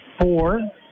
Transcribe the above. four